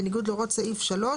בניגוד להוראת סעיף 3,